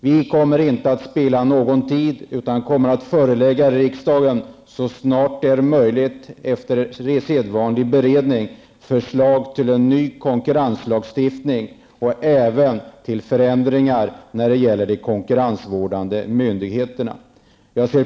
Vi kommer inte att spilla någon tid, utan vi kommer så snart det är möjligt och efter sedvanlig beredning att förelägga riksdagen förslag till en ny konkurrenslagstiftning och även förslag till förändringar när det gäller de konkurrensvårdande myndigheterna.